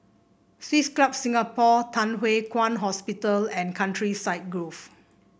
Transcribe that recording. Swiss Club Singapore Thye Hua Kwan Hospital and Countryside Grove